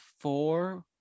four